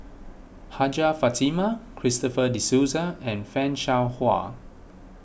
Hajjah Fatimah Christopher De Souza and Fan Shao Hua